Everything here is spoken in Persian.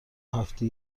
هفته